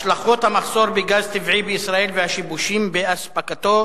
השלכות המחסור בגז טבעי בישראל והשיבושים באספקתו,